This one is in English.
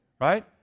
right